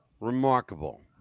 remarkable